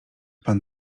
pan